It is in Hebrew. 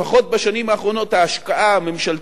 לפחות בשנים האחרונות ההשקעה הממשלתית,